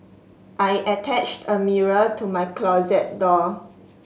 I attached a mirror to my closet door